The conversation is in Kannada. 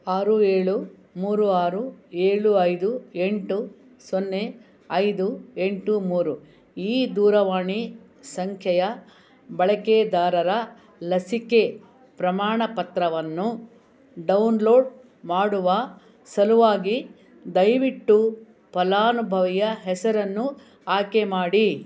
ಆರು ಏಳು ಮೂರು ಆರು ಏಳು ಐದು ಎಂಟು ಸೊನ್ನೆ ಐದು ಎಂಟು ಮೂರು ಈ ದೂರವಾಣಿ ಸಂಖ್ಯೆಯ ಬಳಕೆದಾರರ ಲಸಿಕೆ ಪ್ರಮಾಣ ಪತ್ರವನ್ನು ಡೌನ್ಲೋಡ್ ಮಾಡುವ ಸಲುವಾಗಿ ದಯವಿಟ್ಟು ಫಲಾನುಭವಿಯ ಹೆಸರನ್ನು ಆಯ್ಕೆ ಮಾಡಿ